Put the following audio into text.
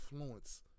influence